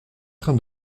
train